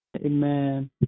Amen